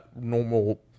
normal